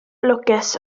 lwcus